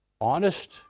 honest